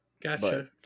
Gotcha